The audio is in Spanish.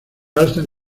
alzan